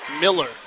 Miller